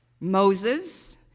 Moses